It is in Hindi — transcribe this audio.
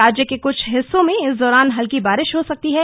राज्य के कुछ हिस्सों में इस दौरान हल्की बारिश हो सकती है